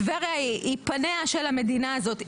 טבריה היא פניה של המדינה הזאת.